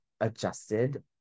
adjusted